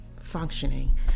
functioning